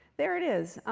there it is.